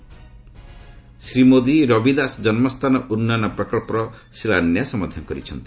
ଶ୍ରୀ ମୋଦି ରବି ଦାସ ଜନ୍ମସ୍ଥାନ ଉନ୍ନୟନ ପ୍ରକଳ୍ପର ଶିଳାନ୍ୟାସ ମଧ୍ୟ କରିଛି